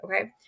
Okay